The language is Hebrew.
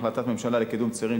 החלטת ממשלה על קידום צעירים,